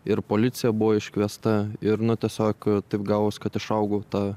ir policija buvo iškviesta ir nu tiesiog taip gavos kad išaugau tą